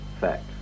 fact